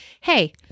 hey